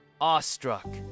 awestruck